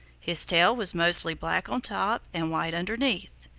his tail was mostly black on top and white underneath.